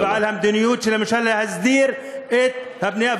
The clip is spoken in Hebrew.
ועל המדיניות של הממשלה להסדיר את הבנייה,